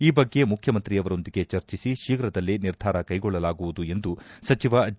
ಈ ಬಗ್ಗೆ ಮುಖ್ಯಮಂತ್ರಿಯವರೊಂದಿಗೆ ಚರ್ಚಿಸಿ ಶೀಘ್ರದಲ್ಲೇ ನಿರ್ಧಾರ ಕೈಗೊಳ್ಳಲಾಗುವುದು ಎಂದು ಸಚಿವ ಡಿ